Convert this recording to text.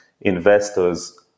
investors